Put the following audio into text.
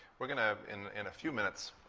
we're going to, in in a few minutes,